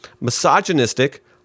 misogynistic